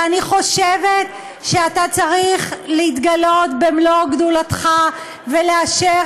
ואני חושבת שאתה צריך להתגלות במלוא גדולתך ולאשר